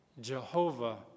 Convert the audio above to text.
Jehovah